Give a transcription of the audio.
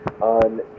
on